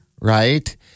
right